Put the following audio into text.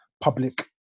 public